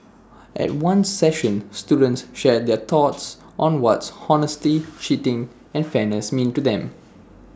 at one session students shared their thoughts on what honesty cheating and fairness mean to them